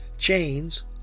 chains